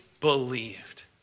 believed